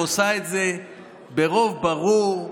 ועושה את זה ברוב ברור,